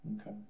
Okay